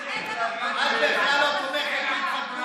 אל תבזי את הדת.